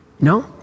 No